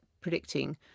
predicting